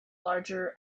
larger